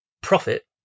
profit